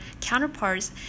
counterparts